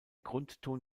grundton